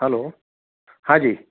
hello Haji